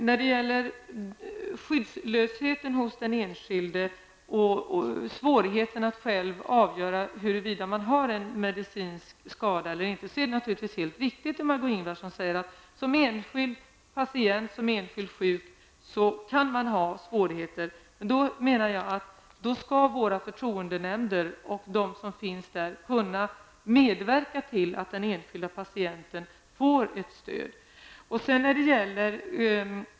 När det gäller den enskildes utsatthet och svårigheterna att själv kunna avgöra huruvida man har en medicinsk skald eller inte, är det naturligtvis helt riktigt som Margó Ingvardsson säger. Som enskild patient kan man ställas inför svårigheter. Jag menar att våra förtroendenämnder och de som sitter där skall medverka till att den enskilde patienten får stöd.